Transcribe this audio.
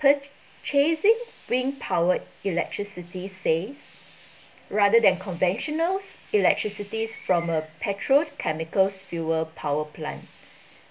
purchasing wind powered electricity save rather than conventional electricity from a petrochemicals fuel power plant